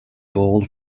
bowled